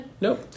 Nope